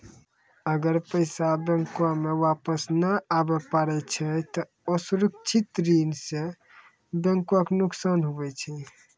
अगर पैसा बैंको मे वापस नै आबे पारै छै ते असुरक्षित ऋण सं बैंको के नुकसान हुवै छै